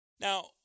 Now